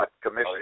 commission